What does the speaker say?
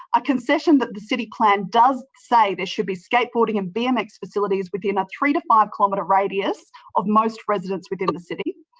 a concession that the city plan does say there should be skateboarding and bmx facilities within a three to five-kilometre radius of most residents within the city.